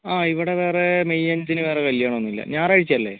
ആ ഇവിടെ വേറെ മെയ് അഞ്ചിന് വേറെ കല്യാണം ഒന്നും ഇല്ല ഞായറാഴ്ച അല്ലേ